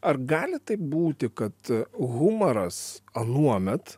ar gali taip būti kad humoras anuomet